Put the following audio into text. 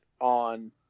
on